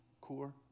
Core